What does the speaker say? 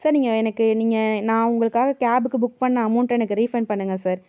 sir நீங்கள் எனக்கு நீங்கள் நான் உங்களுக்காக கேபுக்கு புக் பண்ண அமௌண்ட்டை எனக்கு ரீஃபண்ட் பண்ணுங்கள் சார்